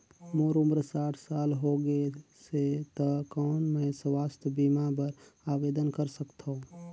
मोर उम्र साठ साल हो गे से त कौन मैं स्वास्थ बीमा बर आवेदन कर सकथव?